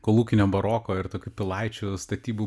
kolūkinio baroko ir tokių pilaičių statybų